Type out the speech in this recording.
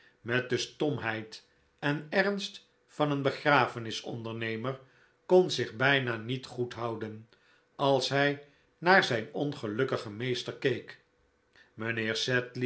met de stomheid en ernst van een begraf enis ondernemer kon zich bijna niet goed houden als hij naar zijn ongelukkigen meester keek